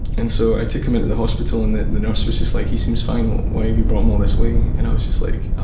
and so i took him into the hospital and the and the nurse was like he seems fine, why have you brought him all this way? and i was just like,